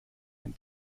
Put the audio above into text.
ein